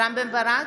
רם בן ברק,